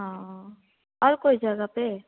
हाँ और कोई जगह पर